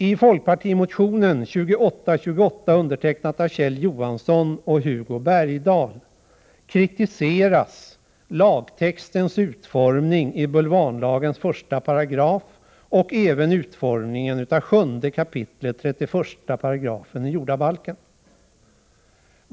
I folkpartimotionen 2828, undertecknad av Kjell Johansson och Hugo Bergdahl, kritiseras lagtextens utformning i 1§ bulvanlagen och även utformningen av 7 kap. 31 §i jordabalken.